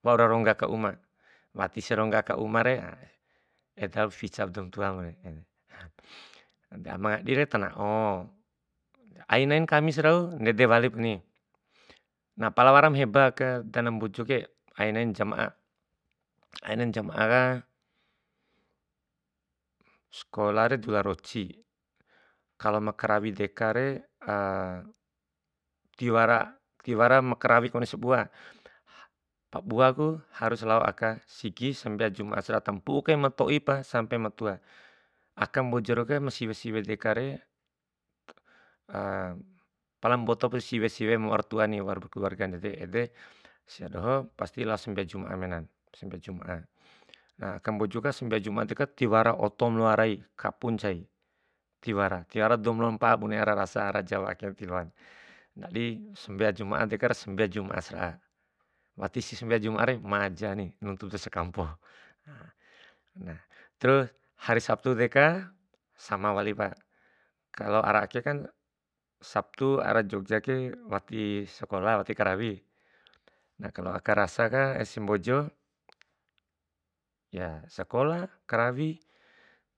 Waura rongga aka uma, watisi rongga aka umare, eda lop fica ba doum tua re, ama ngadire tana'o. Ai nain kamis rau ndede walipuni, na pala wara ma heba aka dana mbojoke ainain jama'a, ai nain jama'a kah sekola re dula roci, kalo ma karawi dekare tiwara tiwara ma karawi kone sabua, pabuaku harus lao aka sigi sambea juma'a sera'a, tambu'u kai matoi pa sampe ma tua. Aka mbojo rauka ma siwe siwe dekare pala mboto pa siwe siwe waura tua ni waur keluarga ndede, ede sia doho pasti lao sambea juma'a menan, sambea juma'a. Na, aka mbojo deka sambea jum'a tiwara oto ma loa rai kapu ncai, tiwaran tiwara dou ma loa mpa'a, bune ara sara, ara jawa ake, tiwaran. Ndadi sambea juma'a dekare sambe'a juma'a sara'a, watisi sambea juma'a re, majani nuntu dou sakampo. Terus hari sabtu deka sama walipa, kalo ara akekan sabtu ara jogja ke wati sakola wati karawi, na kalo aka rasaka ese mbojo ya sakola, karawi